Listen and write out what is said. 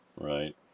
right